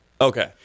Okay